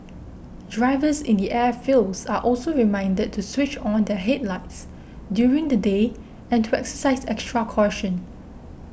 drivers in the airfields are also reminded to switch on their headlights during the day and to exercise extra caution